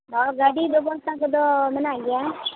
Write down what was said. ᱛᱟᱣ ᱜᱟᱹᱰᱤ ᱵᱮᱵᱚᱥᱛᱷᱟ ᱠᱚᱫᱚ ᱢᱮᱱᱟᱜ ᱜᱮᱭᱟ